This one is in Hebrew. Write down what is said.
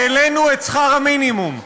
העלינו את שכר המינימום,